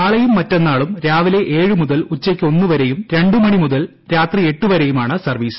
നാളെയും മറ്റന്നാളും രാവില്ലൊ മുതൽ ഉച്ചയ്ക്ക് ഒന്ന് വരെയും രണ്ടുമണി മുതൽ രാത്രിച്ചുപ്പെരെയുമാണ് സർവീസ്